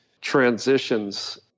transitions